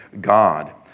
God